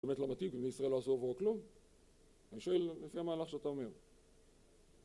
באמת לא מתאים כי בני ישראל לא עשו כלום? אני שואל לפי המהלך שאתה אומר